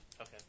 Okay